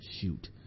Shoot